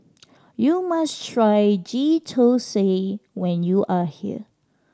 you must try Ghee Thosai when you are here